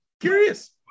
curious